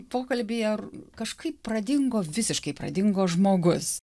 pokalbyje ar kažkaip pradingo visiškai pradingo žmogus